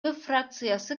фракциясы